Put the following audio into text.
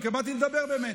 כי באתי לדבר באמת